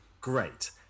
Great